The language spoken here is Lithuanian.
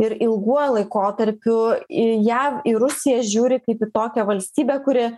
ir ilguoju laikotarpiu jav į rusiją žiūri kaip į tokią valstybę kuri